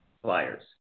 suppliers